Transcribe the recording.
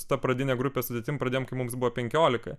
su ta pradine grupės sudėtim pradėjom kai mums buvo penkiolika